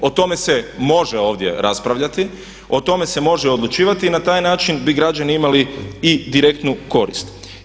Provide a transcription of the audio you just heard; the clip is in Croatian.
O tome se može ovdje raspravljati, o tome se može odlučivati i na taj način bi građani imali i direktnu korist.